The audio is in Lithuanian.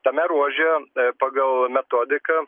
tame ruože pagal metodiką